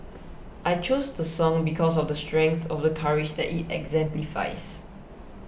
I chose the song because of the strength of the courage that it exemplifies